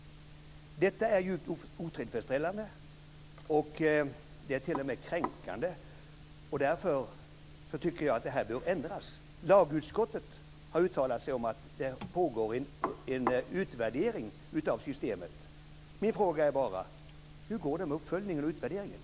Detta är otillfredsställande. Det är t.o.m. kränkande. Därför tycker jag att det bör ändras. Lagutskottet har uttalat sig om att det pågår en utvärdering av systemet. Min fråga är bara: Hur går det med uppföljningen och utvärderingen?